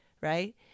Right